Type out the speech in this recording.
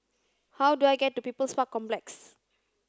how do I get to People's Park Complex